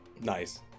Nice